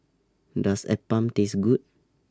Does Appam Taste Good